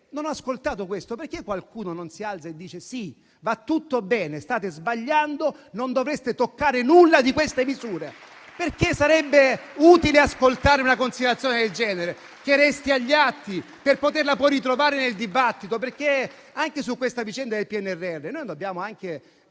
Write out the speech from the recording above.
Non ho ascoltato questo. Perché qualcuno non si alza e dice: sì, va tutto bene, state sbagliando e non dovreste toccare nulla di queste misure? Sarebbe utile ascoltare una considerazione del genere e che essa restasse agli atti per poterla poi ritrovare nel dibattito perché anche su questa vicenda del PNRR noi dobbiamo guardare